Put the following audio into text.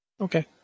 Okay